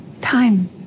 time